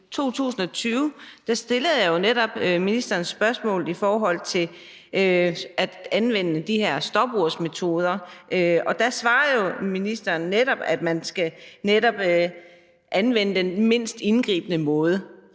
2020 stillede jeg netop ministeren spørgsmål i forhold til anvende de her stopursmetoder. Der svarede ministeren netop, at man skal anvende den mindst indgribende måde.